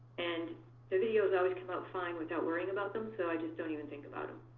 and the videos always come out fine without worrying about them, so i just don't even think about them.